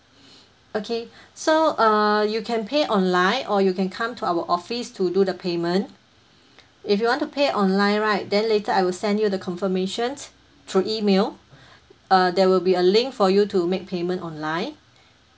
okay so err you can pay online or you can come to our office to do the payment if you want to pay online right then later I will send you the confirmation through email uh there will be a link for you to make payment online